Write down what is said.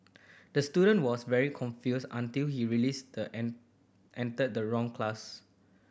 the student was very confused until he released the entered the wrong class